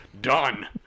done